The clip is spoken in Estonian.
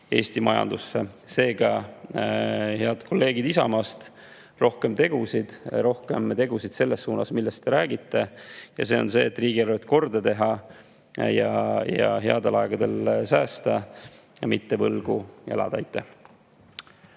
Eesti majandusse. Seega, head kolleegid Isamaast, rohkem tegusid, rohkem tegusid selles suunas, millest te räägite. See on see, et riigieelarve korda teha, headel aegadel säästa ja mitte võlgu elada.